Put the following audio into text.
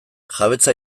jabetza